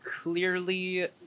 clearly